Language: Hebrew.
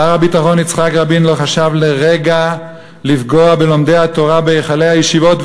שר הביטחון יצחק רבין לא חשב לרגע לפגוע בלומדי התורה בהיכלי הישיבות,